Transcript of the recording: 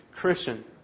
Christian